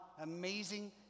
amazing